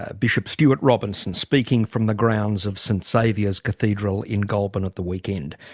ah bishop stuart robinson speaking from the grounds of st. saviour's cathedral in goulburn at the weekend.